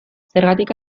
zergatik